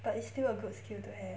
but it's still a good skill to have